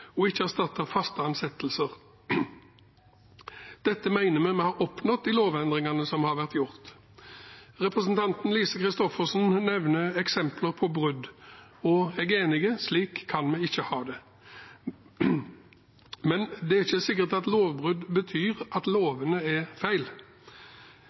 og ikke erstatter faste ansettelser. Dette mener vi at vi har oppnådd i lovendringene som har vært gjort. Representanten Lise Christoffersen nevnte eksempler på brudd, og jeg er enig i at slik kan vi ikke ha det. Men det er ikke sikkert at lovbrudd betyr at